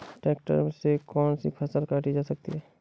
Tractor से कौन सी फसल काटी जा सकती हैं?